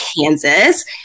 Kansas